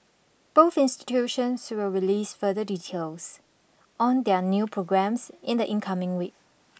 both institutions will release further details on their new programmes in the incoming week